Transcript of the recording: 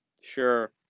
sure